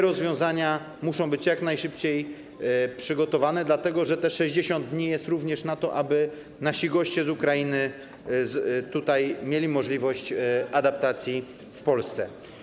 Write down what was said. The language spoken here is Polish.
Rozwiązania te muszą być jak najszybciej przygotowane, dlatego że te 60 dni jest również na to, aby nasi goście z Ukrainy mieli możliwość adaptacji w Polsce.